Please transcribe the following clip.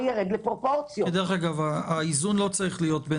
הזה בא לתת מענה למטופלים שהעובדים הזרים נמצאים